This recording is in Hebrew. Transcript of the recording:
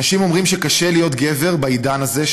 אנשים אומרים שקשה להיות גבר בעידן הזה,